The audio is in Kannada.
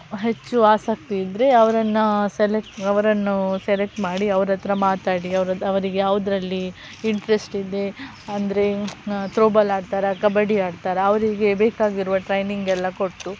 ಹೆಚ್ಚು ಆಸಕ್ತಿ ಇದ್ದರೆ ಅವರನ್ನ ಸೆಲೆಕ್ಟ್ ಅವರನ್ನು ಸೆಲೆಕ್ಟ್ ಮಾಡಿ ಅವರತ್ರ ಮಾತಾಡಿ ಅವ್ರು ಅವರಿಗೆ ಯಾವುದರಲ್ಲಿ ಇಂಟ್ರೆಸ್ಟ್ ಇದೆ ಅಂದರೆ ತ್ರೋಬಾಲ್ ಆಡ್ತಾರಾ ಕಬಡ್ಡಿ ಆಡ್ತಾರಾ ಅವರಿಗೆ ಬೇಕಾಗಿರುವ ಟ್ರೈನಿಂಗ್ ಎಲ್ಲ ಕೊಟ್ಟು